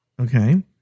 Okay